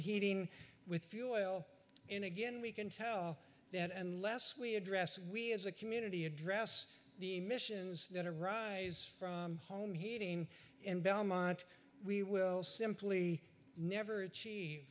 heating with few oil in again we can tell that and less we address we as a community address the emissions that arise from home heating and belmont we will simply never achieve